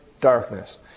darkness